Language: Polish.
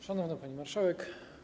Szanowna Pani Marszałek!